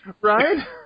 Right